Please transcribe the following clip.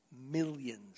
millions